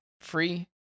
free